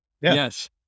Yes